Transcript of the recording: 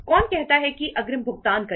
कौन कहता है कि अग्रिम भुगतान करें